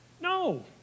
No